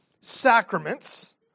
sacraments